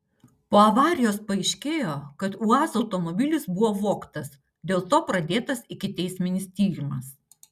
po avarijos paaiškėjo kad uaz automobilis buvo vogtas dėl to pradėtas ikiteisminis tyrimas